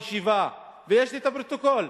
ויש לי פרוטוקול,